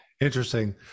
interesting